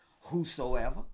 Whosoever